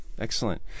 Excellent